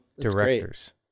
directors